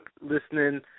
listening